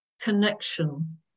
connection